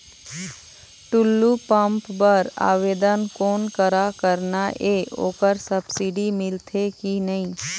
Tullu pump बर आवेदन कोन करा करना ये ओकर सब्सिडी मिलथे की नई?